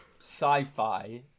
sci-fi